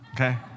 okay